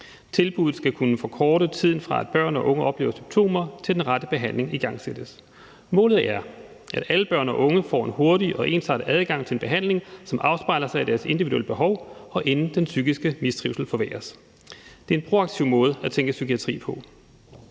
Tilbuddet skal kunne forkorte tiden, fra at børn og unge oplever symptomer, til at den rette behandling igangsættes. Målet er, at alle børn og unge får en hurtig og ensartet adgang til en behandling, som afspejler deres individuelle behov, og inden den psykiske mistrivsel forværres. Det er en proaktiv måde at tænke psykiatri på.